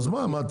אז מה?